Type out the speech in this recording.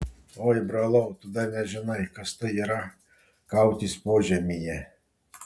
oi brolau tu dar nežinai kas tai yra kautis požemyje